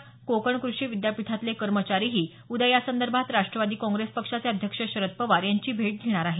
बाळासाहेब कोकण कृषी विद्यापीठातले कर्मचारीही उद्या यासंदर्भात राष्ट्रवादी काँग्रेसचे अध्यक्ष शरद पवार यांची भेट घेणार आहेत